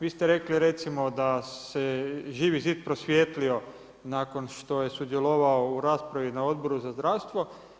Vi ste rekli recimo da se Živi zid prosvijetlio nakon što je sudjelovao u raspravi na Odboru za zdravstvo.